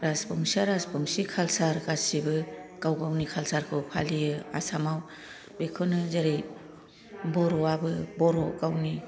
राजबंसिआ Rajbanshi culture गासिबो गाव गावनि कालचारखौ फालियो आसामाव बेखौनो जेरै बर' आबो बर' गावनि